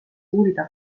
uurida